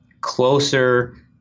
closer